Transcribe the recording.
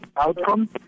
outcome